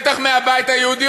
בטח מהבית היהודי,